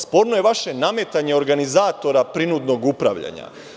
Sporno je vaše nametanje organizatora prinudnog upravljanja.